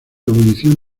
ebullición